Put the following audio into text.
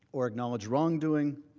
or knowledge wrongdoing,